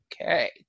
Okay